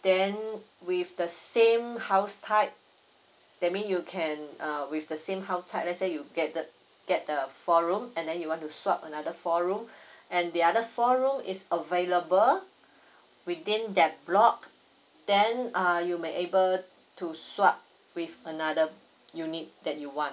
then with the same house type that means you can err with the same house type let's say you get the get the four room and then you want to swap another four room and the other four room is available within that block then err you may able to swap with another unit that you want